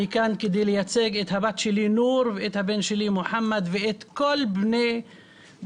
אני כאן כדי לייצג את הבת שלי נור ואת הבן שלי מוחמד ואת כל בני דורם,